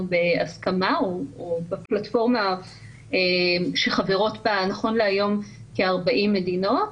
בהסכמה או בפלטפורמה שחברות בה נכון להיום כ-40 מדינות,